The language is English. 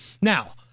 Now